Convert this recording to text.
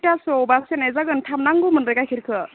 खैथासोआवबा सेरनाय जागोन थाब नांगौमोन बे गाइखेरखो